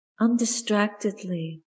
undistractedly